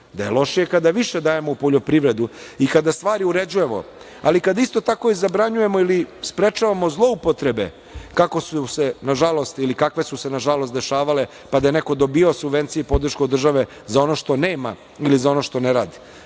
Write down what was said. da je lošije kada više dajemo u poljoprivredu i kada stvari uređujemo, ali kada isto tako i zabranjujemo ili sprečavamo zloupotrebe, kako su se nažalost ili kakve su se nažalost dešavale, pa da je neko dobijao subvencije i podršku od države za ono što nema ili za ono što ne radi.